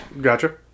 Gotcha